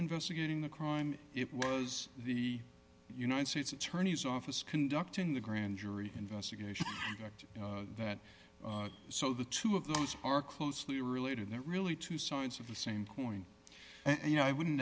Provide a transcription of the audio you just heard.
investigating the crime it was the united states attorney's office conducting the grand jury investigation that so the two of those are closely related that really two sides of the same coin and you know i wouldn't